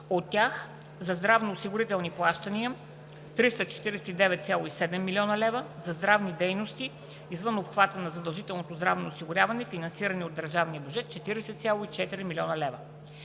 от тях за здравноосигурителни плащания – 349,7 млн. лв., за здравни дейности, извън обхвата на задължителното здравно осигуряване, финансирани от държавния бюджет – 40,4 млн. лв.